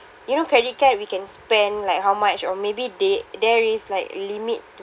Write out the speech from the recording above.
you know credit card we can spend like how much or maybe they there is like limit to